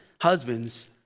husbands